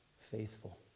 faithful